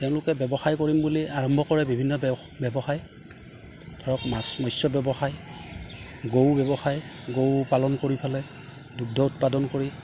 তেওঁলোকে ব্যৱসায় কৰিম বুলি আৰম্ভ কৰে বিভিন্ন ব্যৱসায় ধৰক মাছ মৎস্য ব্যৱসায় গৰু ব্যৱসায় গৰু পালন কৰি দুুদ্ধ উৎপাদন কৰি